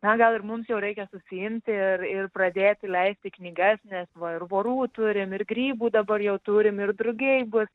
na gal ir mums jau reikia susiimti ir ir pradėti leisti knygas nes va ir vorų turim ir grybų dabar jau turim ir drugiai bus